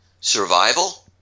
Survival